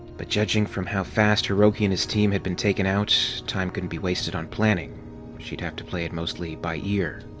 but judging from how fast hiroki and his team had been taken out, time couldn't be wasted on planning she'd have to play it mostly by ear.